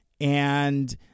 and-